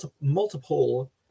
multiple